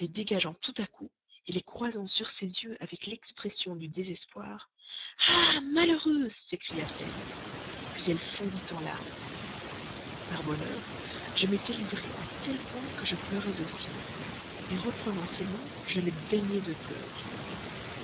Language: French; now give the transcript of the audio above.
les dégageant tout à coup les croisant sur ses yeux avec l'expression du désespoir ah malheureuse s'écria-t-elle puis elle fondit en larmes par bonheur je m'étais livré à tel point que je pleurais aussi reprenant ses mains je les baignai de pleurs